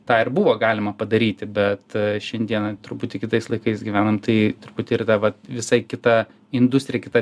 tą ir buvo galima padaryti bet šiandieną truputį kitais laikais gyvenam tai truputį yra dar vat visai kita industrija kita